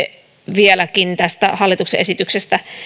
vieläkin tästä hallituksen esityksestä